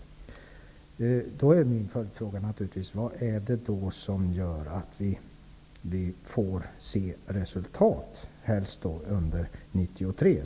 Min följdfråga blir då: Vad är det som gör att vi får se ett resultat, och då helst under 1993?